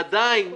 עדיין,